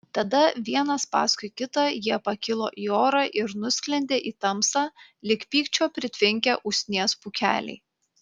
tada vienas paskui kitą jie pakilo į orą ir nusklendė į tamsą lyg pykčio pritvinkę usnies pūkeliai